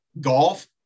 golf